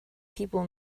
people